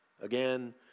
again